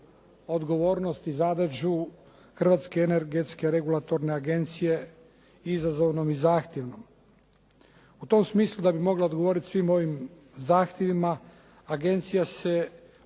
odgovornost i zadaću Hrvatske energetske regulatorne agencije izazovnom i zahtjevnom. U tom smislu da bi mogla odgovorit svim ovim zahtjevima agencija se